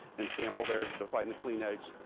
and sample there to define the clean edge,